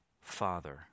Father